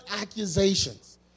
Accusations